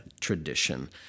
tradition